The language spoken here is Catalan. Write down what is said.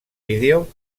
vídeo